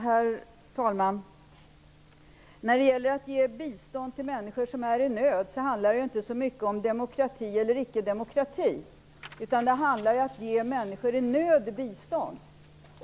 Herr talman! När det gäller att ge bistånd till människor som är i nöd handlar det inte så mycket om demokrati eller icke demokrati, utan det handlar om att ge människor i nöd bistånd.